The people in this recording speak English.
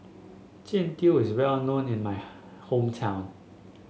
Jian Dui is well known in my hometown